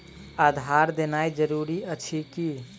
आधार देनाय जरूरी अछि की?